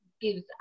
gives